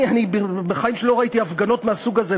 אני בחיים שלי לא ראיתי הפגנות מהסוג הזה,